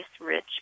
rich